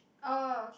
oh okay